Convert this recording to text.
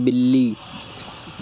बिल्ली